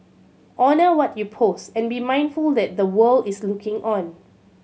honour what you post and be mindful that the world is looking on